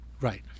Right